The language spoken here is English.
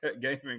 gaming